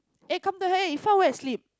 eh come to Ifan went to sleep